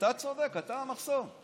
אתה צודק, אתה המחסום,